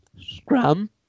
Scrum